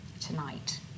tonight